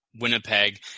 Winnipeg –